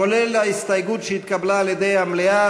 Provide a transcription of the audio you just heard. כולל ההסתייגות שהתקבלה על-ידי המליאה,